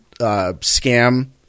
scam